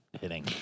hitting